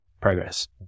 progress